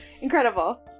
incredible